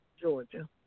Georgia